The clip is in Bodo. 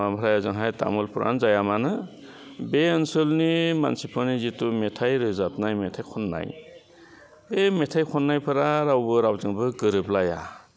आमफ्राय ओंजोंहाय तामुलपुरानो जाया मानो बे ओनसोलनि मानसिफोरनि जिथु मेथाइ रोजाबनाय मेथाइ खन्नाय बे मेथाइ खन्नायफ्रा रावबो रावजोंबो गोरोबलाया